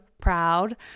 proud